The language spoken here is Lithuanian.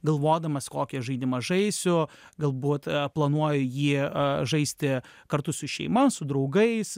galvodamas kokį aš žaidimą žaisiu galbūt planuoju jį žaisti kartu su šeima su draugais